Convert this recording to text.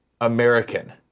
American